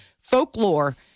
Folklore